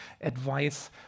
advice